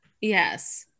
Yes